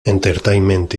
entertainment